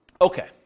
Okay